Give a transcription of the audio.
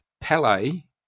Palais